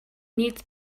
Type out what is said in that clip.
needs